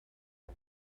are